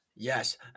Yes